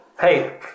Hey